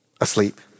asleep